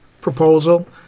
proposal